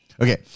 Okay